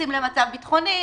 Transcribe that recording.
מתייחסים למצב ביטחוני,